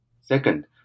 Second